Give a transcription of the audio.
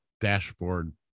dashboard